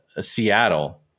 Seattle